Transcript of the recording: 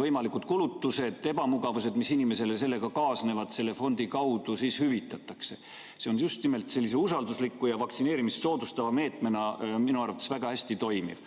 võimalikud kulutused, ebamugavused, mis inimesele sellega kaasnevad, selle fondi kaudu siis hüvitatakse. See on just nimelt sellise usaldusliku ja vaktsineerimist soodustava meetmena minu arvates väga hästi toimiv.